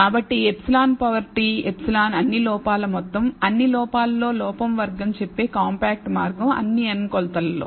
కాబట్టి εT ε అన్ని లోపాల మొత్తం అన్ని లోపాలలో లోపం వర్గం చెప్పే కాంపాక్ట్ మార్గం అన్ని n కొలతలలో